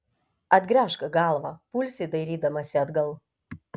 atgręžk galvą pulsi dairydamasi atgal